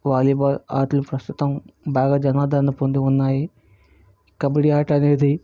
volleyball ఆటలు ప్రస్తుతం బాగా జనా ఆదరణ పొంది ఉన్నాయి కబడ్డీ ఆట అనేది